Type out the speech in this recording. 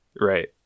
right